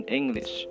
English